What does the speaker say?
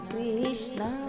Krishna